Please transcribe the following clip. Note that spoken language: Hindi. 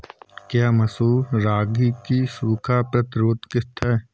क्या मसूर रागी की सूखा प्रतिरोध किश्त है?